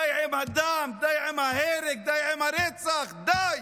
די עם הדם, די עם ההרג, די עם הרצח, די.